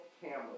cameras